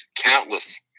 countless